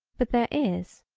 but there is,